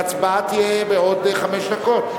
בכריזה שהצבעה תהיה בעוד חמש דקות.